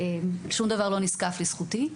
שום דבר לא נזקף לזכותי.